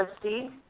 Christy